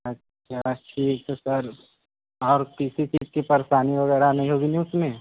अच्छा ठीक है सर और किसी चीज़ की परेशानी वग़ैरह नहीं होगी ना उस में